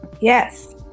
yes